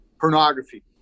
pornography